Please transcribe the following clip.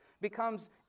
becomes